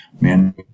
man